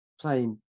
playing